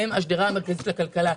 הם השדרה המרכזית בכלכלה.